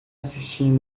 assistindo